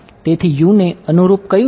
તેથી U ને અનુરૂપ કયું છે